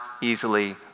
easily